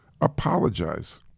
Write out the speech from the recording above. Apologize